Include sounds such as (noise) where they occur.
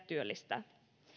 (unintelligible) työllistää